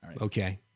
Okay